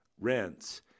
rents